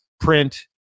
print